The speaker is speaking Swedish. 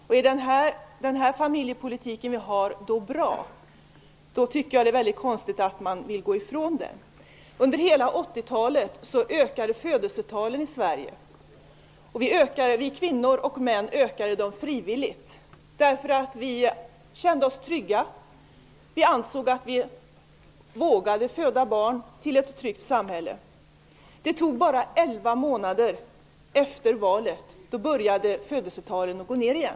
Om den familjepolitik som vi har är bra, tycker jag att det är konstigt att man vill gå ifrån den. Under hela 80-talet ökade födelsetalen i Sverige. Vi kvinnor och män ökade dem frivilligt, därför att vi kände oss trygga och ansåg att vi vågade föda barn till ett tryggt samhälle. Det tog bara elva månader efter valet innan födelsetalen började gå ned igen.